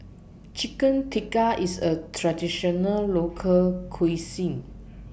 Chicken Tikka IS A Traditional Local Cuisine